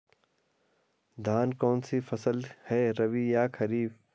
धान कौन सी फसल है रबी या खरीफ?